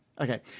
Okay